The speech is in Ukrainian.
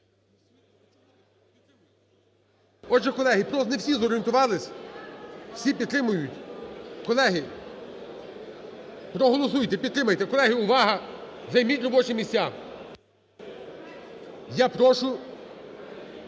Отже, колеги, просто не всі зорієнтувались. Всі підтримують? Колеги, проголосуйте. Підтримайте. Колеги, увага! Займіть робочі місця. Я прошу